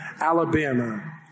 Alabama